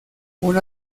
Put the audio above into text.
una